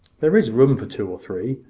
there is room for two or three,